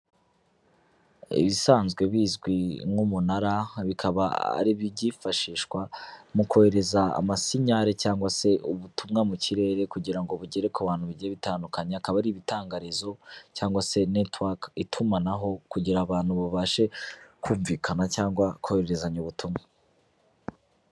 Ibisanzwe bizwi nk'umunara, bikaba ari ibyifashishwa mu kohereza amasinyari cyangwa se ubutumwa mu kirere, kugira ngo bugere ku bantu bagiye bitandukanya, akaba ari ibitanga rezo cyangwa se netiwake itumanaho, kugira abantu babashe kumvikana cyangwa kohererezanya ubutumwa.